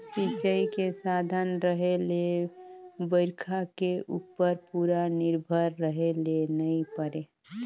सिंचई के साधन रहें ले बइरखा के उप्पर पूरा निरभर रहे ले नई परे